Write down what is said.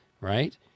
right